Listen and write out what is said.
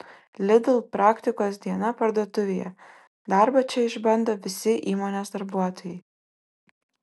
lidl praktikos diena parduotuvėje darbą čia išbando visi įmonės darbuotojai